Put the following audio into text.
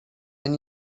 and